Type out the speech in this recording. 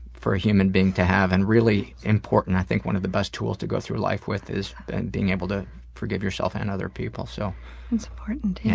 for a human being to have and really important. i think one of the best tools to go through life with is and being able to forgive yourself and other people so, lia it's important, yeah.